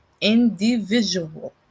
individual